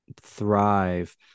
thrive